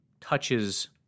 touches